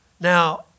Now